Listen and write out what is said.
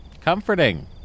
comforting